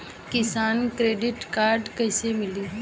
किसान credit card कइसे मिली?